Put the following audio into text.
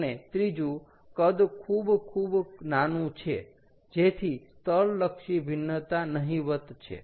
અને ત્રીજું કદ ખૂબ ખૂબ નાનું છે જેથી સ્થળલક્ષી ભિન્નતા નહિવત છે